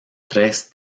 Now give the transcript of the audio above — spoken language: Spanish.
tres